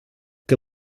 que